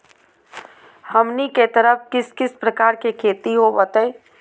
हमनी के तरफ किस किस प्रकार के खेती होवत है?